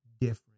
Different